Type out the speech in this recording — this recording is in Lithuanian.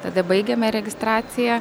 tada baigiame registraciją